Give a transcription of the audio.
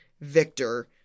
Victor